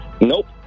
Nope